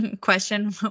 question